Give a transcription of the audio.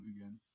again